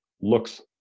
looks